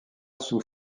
sous